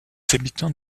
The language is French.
habitants